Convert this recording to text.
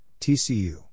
TCU